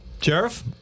Sheriff